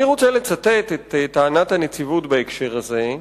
אני רוצה לצטט את טענת הנציבות בהקשר הזה.